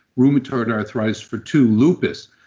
rheumatoid arthritis, for two, lupus.